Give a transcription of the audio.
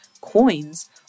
coins